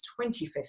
25th